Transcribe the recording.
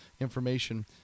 information